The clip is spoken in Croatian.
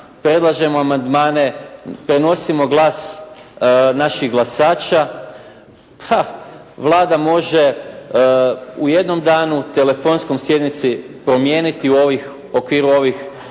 predlažemo amandmane te nosimo glas naših glasača. Vlada može u jednom danu u telefonskoj sjednici promijeniti u okviru ovih